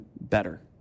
better